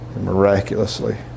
miraculously